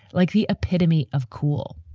like the epitome of cool.